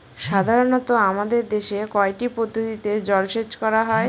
সাধারনত আমাদের দেশে কয়টি পদ্ধতিতে জলসেচ করা হয়?